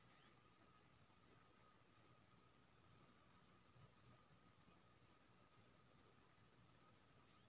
lift इरिगेशनमे machine, जानबर या कोनो आन साधंश द्वारा पानि घीचि पटाएल जाइ छै